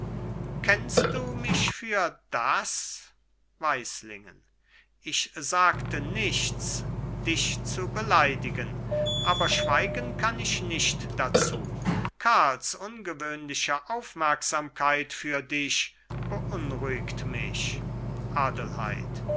kennst du mich für das weislingen ich sagte nichts dich zu beleidigen aber schweigen kann ich nicht dazu karls ungewöhnliche aufmerksamkeit für dich beunruhigt mich adelheid